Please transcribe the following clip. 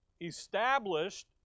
Established